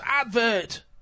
advert